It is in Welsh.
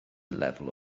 lefel